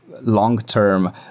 long-term